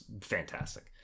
fantastic